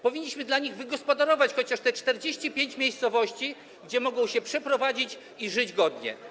Powinniśmy dla nich wygospodarować chociaż te 45 miejscowości, gdzie mogliby się przeprowadzić i żyć godnie.